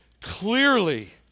clearly